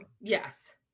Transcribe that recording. yes